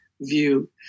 view